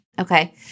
Okay